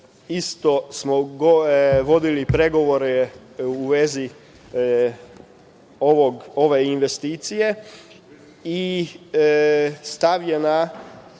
isto smo vodili pregovore u vezi ove investicije i stavljena